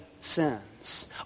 sins